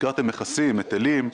הזכרתם מכסים, היטלים.